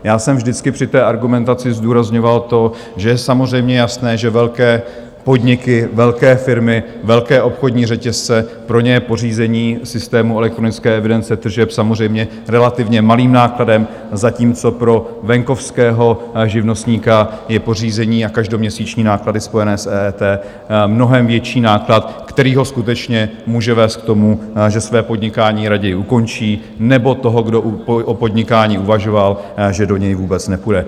Já jsem vždycky při té argumentaci zdůrazňoval to, že je samozřejmě jasné, že velké podniky, velké firmy, velké obchodní řetězce, pro ně je pořízení systému elektronické evidence tržeb samozřejmě relativně malým nákladem, zatímco pro venkovského živnostníka je pořízení a každoměsíční náklady spojené s EET mnohem větší náklad, který ho skutečně může vést k tomu, že své podnikání raději ukončí, nebo ten, kdo o podnikání uvažoval, že do něj vůbec nepůjde.